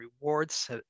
rewards